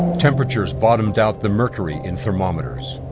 temperatures bottomed out the mercury in thermometers.